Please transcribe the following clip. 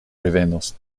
revenos